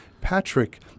Patrick